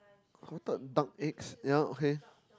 salted duck eggs ya okay